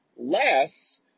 Less